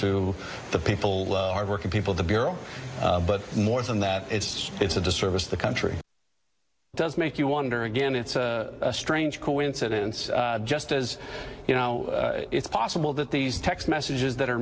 to the people working people the bureau but more than that it's it's a disservice to the country does make you wonder again it's a strange coincidence just as you know it's possible that these text messages that are